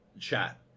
chat